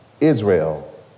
Israel